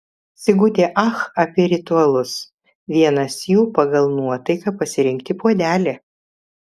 sigutė ach apie ritualus vienas jų pagal nuotaiką pasirinkti puodelį